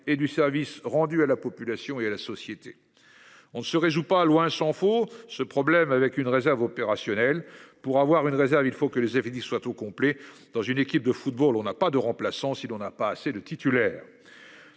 et du service rendu à la population et à la société. On se résout pas, loin s'en faut, ce problème avec une réserve opérationnelle pour avoir une réserve, il faut que les effectifs soient au complet dans une équipe de football on n'a pas de remplaçant. Si l'on n'a pas assez de titulaire.